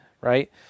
right